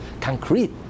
concrete